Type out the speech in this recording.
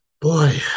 boy